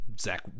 Zach